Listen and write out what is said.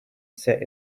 set